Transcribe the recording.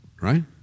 right